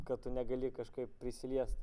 kad tu negali kažkaip prisiliest